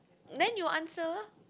then you answer